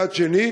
מצד שני,